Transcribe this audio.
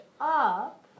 up